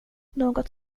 något